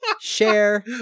share